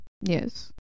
yes